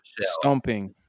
stomping